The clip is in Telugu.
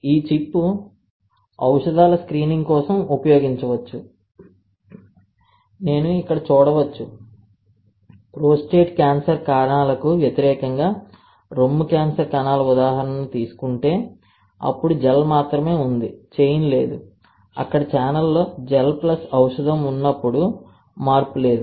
ఈ చిప్ ఔషధాల స్క్రీనింగ్ కోసం ఉపయోగించవచ్చు నేను ఇక్కడ చూడవచ్చు ప్రోస్టేట్ క్యాన్సర్ కణాలకు వ్యతిరేకంగా రొమ్ము క్యాన్సర్ కణాల ఉదాహరణను తీసుకుంటే అప్పుడు జెల్ మాత్రమే ఉంది చైన్ లేదు అక్కడ ఛానెల్లో జెల్ ప్లస్ ఔషధం ఉన్నప్పుడు మార్పు లేదు